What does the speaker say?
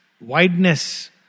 wideness